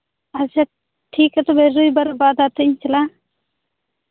ᱟᱪᱪᱷᱟ ᱴᱷᱤᱠ ᱜᱮᱭᱟ ᱛᱚᱵᱮ ᱨᱚᱵᱤᱵᱟᱨ ᱵᱟᱫᱽ ᱪᱟᱞᱟᱜᱼᱟ